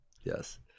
Yes